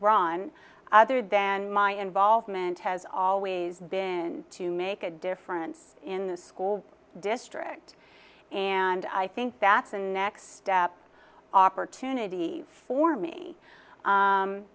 run other than my involvement has always been to make a difference in the school district and i think that's a next step opportunity for me